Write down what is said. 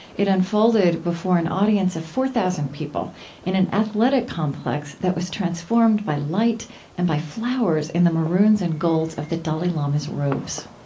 it unfolded before an audience of four thousand people in an athletic complex that was transformed by light and by flowers in the maroons and golds of the dalai lama's robes